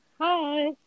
Hi